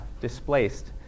displaced